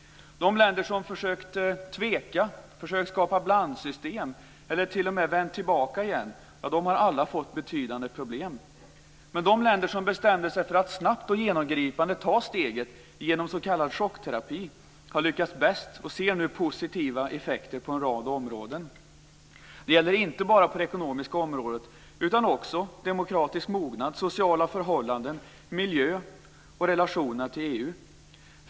De länder som tvekade, som försökte skapa blandsystem eller som t.o.m. har vänt tillbaka igen har alla fått betydande problem. Men de länder som bestämde sig för att snabbt och genomgripande ta steget genom s.k. chockterapi har lyckats bäst och ser nu positiva effekter på en rad områden. Det gäller inte bara det ekonomiska området utan också demokratisk mognad, sociala förhållanden, miljö och relationerna till EU.